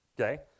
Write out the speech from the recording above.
okay